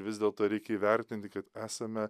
vis dėlto reikia įvertinti kad esame